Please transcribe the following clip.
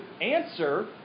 answer